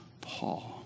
Paul